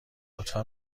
لطفا